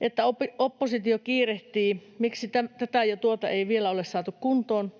että oppositio kiirehtii, miksi tätä ja tuota ei vielä ole saatu kuntoon.